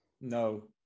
No